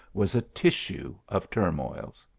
was a tissue of turmoils.